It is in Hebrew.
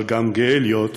אבל גם גאה להיות כזה,